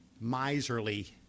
miserly